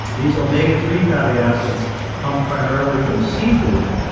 these omega three fatty acids come primarily from sea food,